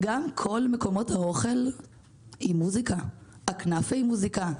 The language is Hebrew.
גם כל מקומות האוכל הם עם מוזיקה: הכנאפה עם מוזיקה,